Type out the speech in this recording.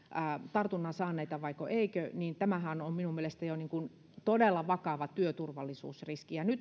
tartunnan saaneita vaiko eikö niin tämähän on minun mielestäni todella vakava työturvallisuusriski nyt